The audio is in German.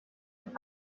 ist